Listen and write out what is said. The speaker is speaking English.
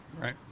Right